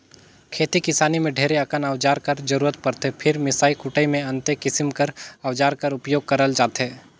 खेती किसानी मे ढेरे अकन अउजार कर जरूरत परथे फेर मिसई कुटई मे अन्ते किसिम कर अउजार कर उपियोग करल जाथे